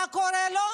מה קורה לו?